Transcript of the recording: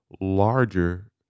larger